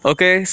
Okay